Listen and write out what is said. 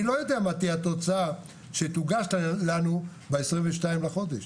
אני לא יודע מה תהיה התוצאה שתוגש לנו ב-22 לחודש,